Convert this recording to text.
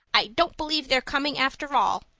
i don't believe they're coming after all,